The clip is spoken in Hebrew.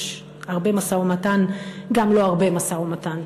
גם לא הרבה משא-ומתן,